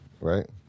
right